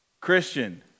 Christian